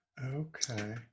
Okay